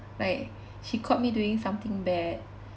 like she caught me doing something bad